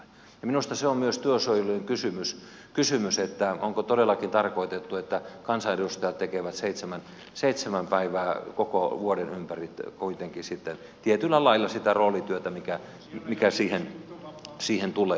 minusta se on myös työsuojelukysymys että onko todellakin tarkoitettu että kansanedustajat tekevät seitsemän päivää koko vuoden ympäri kuitenkin tietyllä lailla sitä roolityötä mikä siihen tulee